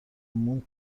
موند